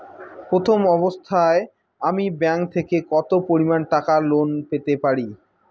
প্রথম অবস্থায় আমি ব্যাংক থেকে কত পরিমান টাকা লোন পেতে পারি?